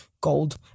gold